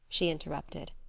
she interrupted.